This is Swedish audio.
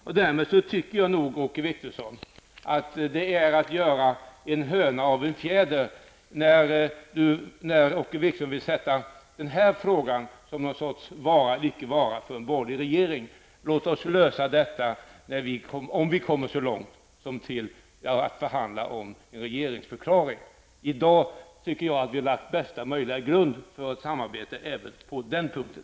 Jag tycker nog därmed, Åke Wictorsson, att det är att göra en höna av en fjäder när Åke Wictorsson vill sätta denna fråga som något slags ''vara eller icke vara'' för en borgerlig regering. Låt oss lösa detta om vi kommer så långt som till att förhandla om en regeringsförklaring. Jag tycker att vi i dag har lagt bästa möjliga grund för ett samarbete även på den punkten.